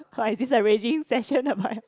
so is this a raging session about